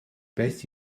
beth